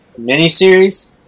miniseries